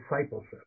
discipleship